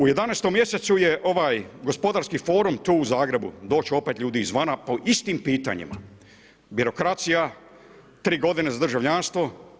U 11. mjesecu je ovaj gospodarski forum tu u Zagrebu, doći će opet ljudi izvana po istim pitanjima, birokracija tri godine za državljanstvo.